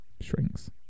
shrinks